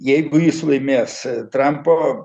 jeigu jis laimės trampo